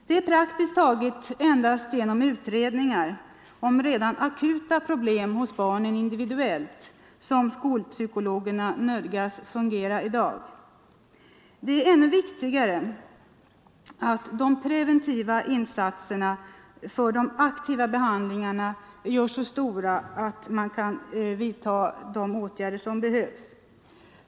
Det är praktiskt taget endast genom utredningar om redan akuta problem hos barnen individuellt som skolpsykologerna nödgas arbeta i dag. Ännu viktigare är att resurserna för de preventiva insatserna liksom för aktiv behandling görs så stora att psykologerna kan vidta de åtgärder som behövs.